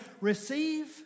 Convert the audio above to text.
receive